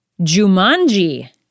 Jumanji